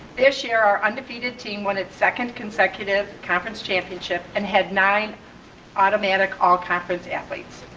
this year, our undefeated team won its second consecutive conference championship and had nine automatic all-conference athletes.